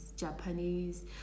Japanese